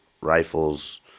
rifles